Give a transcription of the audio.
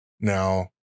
now